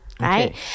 Right